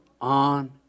on